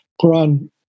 Quran